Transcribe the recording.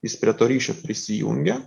jis prie to ryšio prisijungia